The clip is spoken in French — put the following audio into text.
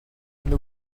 nos